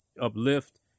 uplift